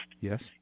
Yes